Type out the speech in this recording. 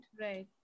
Right